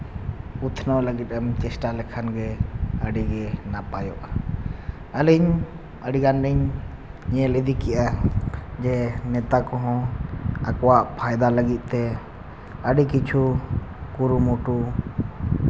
ᱩᱛᱱᱟᱹᱣ ᱞᱟᱹᱜᱤᱫ ᱮᱢ ᱪᱮᱥᱴᱟ ᱞᱮᱠᱷᱟᱱ ᱜᱮ ᱟᱹᱰᱤᱜᱮ ᱱᱟᱯᱟᱭᱚᱜᱼᱟ ᱟᱹᱞᱤᱧ ᱟᱹᱰᱤ ᱜᱟᱱᱤᱧ ᱧᱮᱞ ᱤᱫᱤ ᱠᱮᱜᱼᱟ ᱡᱮ ᱱᱮᱛᱟ ᱠᱚᱦᱚᱸ ᱟᱠᱚᱣᱟᱜ ᱯᱷᱟᱭᱫᱟ ᱞᱟᱹᱜᱤᱫ ᱛᱮ ᱟᱹᱰᱤ ᱠᱤᱪᱷᱩ ᱠᱩᱨᱩᱢᱩᱴᱩ